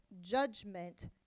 judgment